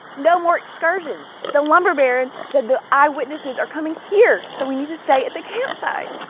no more excursions. the lumber baron said the eyewitnesses are coming here. so we need to stay at the campsite.